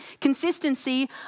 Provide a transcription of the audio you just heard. consistency